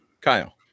Kyle